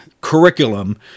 curriculum